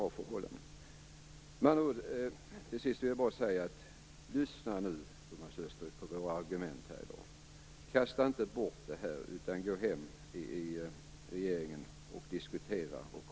Lyssna nu på våra argument här i dag, Thomas Östros! Kasta inte bort det här, utan gå tillbaka till regeringen och diskutera det.